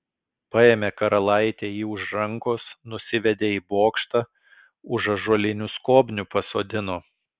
paėmė karalaitė jį už rankos nusivedė į bokštą už ąžuolinių skobnių pasodino